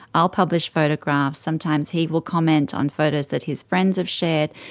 i'll publish photographs, sometimes he will comment on photos that his friends have shared,